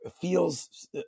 feels